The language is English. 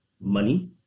money